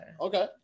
Okay